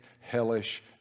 hellish